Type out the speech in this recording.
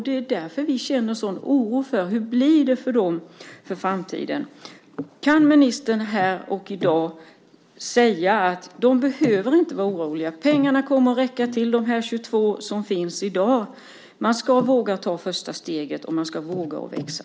Det är därför vi känner en sådan oro för hur det ska bli för dem i framtiden. Kan ministern här och i dag säga att småföretagarna inte behöver vara oroliga och att pengarna kommer att räcka till de 22 rådgivarna som finns i dag? De ska våga ta första steget och växa.